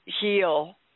heal